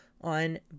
on